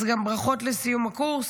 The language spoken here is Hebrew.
אז גם ברכות לסיום הקורס.